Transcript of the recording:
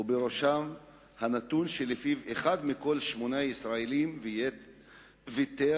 ובראשם הנתון שלפיו אחד מכל שמונה ישראלים ויתר